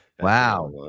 Wow